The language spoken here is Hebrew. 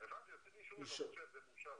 בוקר טוב,